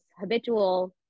habitual